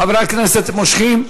חברי הכנסת מושכים?